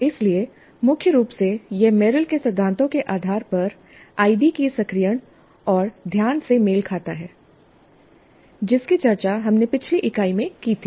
इसलिए मुख्य रूप से यह मेरिल के सिद्धांतों के आधार पर आईडी के सक्रियण और ध्यान से मेल खाता है जिसकी चर्चा हमने पिछली इकाई में की थी